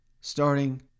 starting